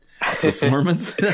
performance